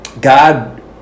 God